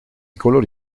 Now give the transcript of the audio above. colori